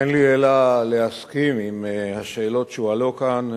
אין לי אלא להסכים עם השאלות שהועלו כאן,